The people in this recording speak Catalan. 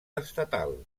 estatal